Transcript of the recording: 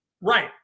Right